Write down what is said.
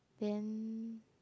then